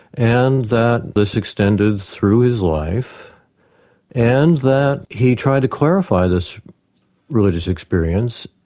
and that this extended through his life and that he tried to clarify this religious experience,